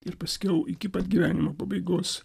ir paskiau iki pat gyvenimo pabaigos